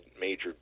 major